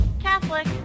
Catholic